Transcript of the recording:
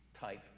type